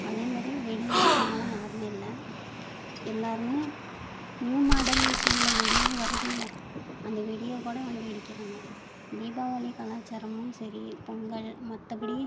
அதே மாதிரி வெடி வெடிக்காமலெலாம் யாரும் இல்லை எல்லோருமே நியூ மாடலேஷனில் வெடில்லாம் வருதுல்லை அந்த வெடியை கூட வாங்கி வெடிக்கிறாங்க தீபாவளி கலாச்சாரமும் சரி பொங்கல் மற்றபடி